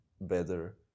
better